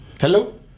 Hello